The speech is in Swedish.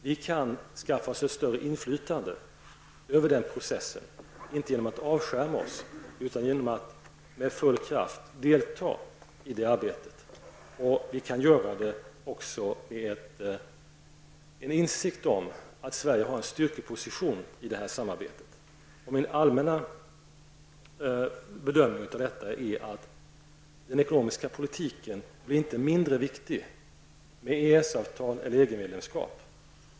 Vi kan inte skaffa oss ett inflytande över den processen genom att avskärma oss utan det kan vi endast göra genom att med full kraft delta i det arbetet. Vi kan göra det också med en insikt om att Sverige har en styrkeposition i detta samarbete. Min allmänna bedömning av detta är att den ekonomiska politiken på intet sätt blir mindre viktig genom ett EES-avtal eller ett EG-medlemskap.